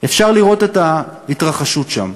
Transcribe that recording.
אפשר לראות את ההתרחשות שם,